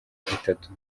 itatu